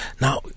now